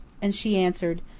and she answered,